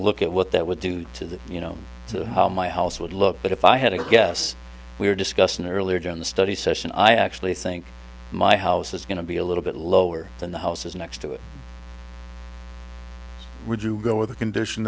look at what that would do to the you know my house would look if i had a guess we were discussing earlier john the study session i actually think my house is going to be a little bit lower than the houses next to it would you go with a condition